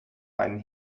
einen